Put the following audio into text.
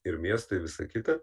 ir miestai visa kita